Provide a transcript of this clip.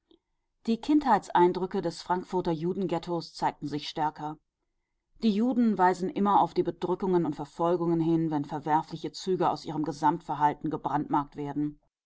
die kindheitseindrücke des frankfurter judenghettos zeigten sich stärker die juden weisen immer auf die bedrückungen und verfolgungen hin wenn verwerfliche züge aus ihrem gesamtverhalten gebrandmarkt werden